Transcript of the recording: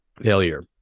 failure